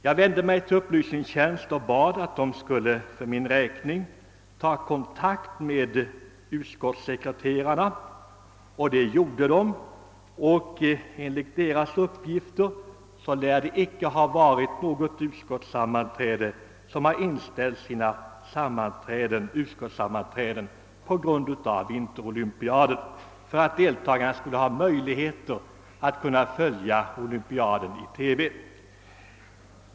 Jag vände mig till upplysningstjänsten och bad att man för min räkning skulle ta kontakt med utskottssekreterarna. Så skedde och enligt den uppgift jag fick lär icke något utskottssammanträde ha inställts på grund av vinterolympiaden för att deltagarna skulle få möjlighet att följa olympiaden i TV.